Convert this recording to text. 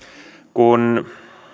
kun